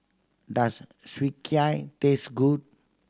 does Sukiyaki taste good